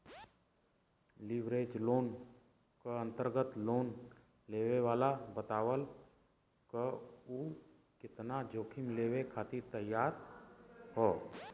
leverage loan क अंतर्गत loan लेवे वाला बतावला क उ केतना जोखिम लेवे खातिर तैयार हौ